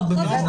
נושאי ממון,